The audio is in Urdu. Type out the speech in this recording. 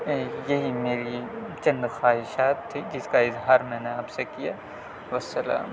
یہی میری چند خواہشات تھی جس کا اظہار میں نے آپ سے کیا والسلام